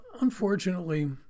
unfortunately